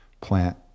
plant